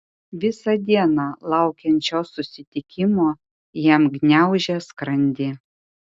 visą dieną laukiant šio susitikimo jam gniaužė skrandį